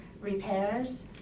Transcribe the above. repairs